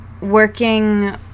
working